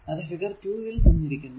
അത് ഫിഗർ 2 ൽ തന്നിരിക്കുന്നു